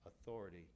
authority